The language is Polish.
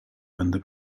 będę